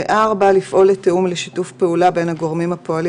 (4) לפעול לתיאום ולשיתוף פעולה בין הגורמים הפועלים